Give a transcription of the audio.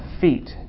feet